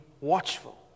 watchful